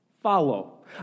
Follow